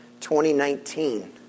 2019